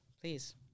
please